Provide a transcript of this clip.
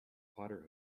potter